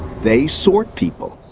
they sort people.